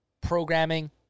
programming